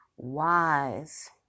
wise